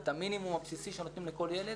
ואת המינימום הבסיסי שנותנים לכל ילד,